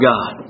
God